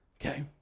Okay